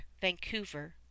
Vancouver